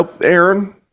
aaron